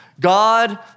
God